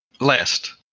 Last